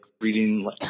reading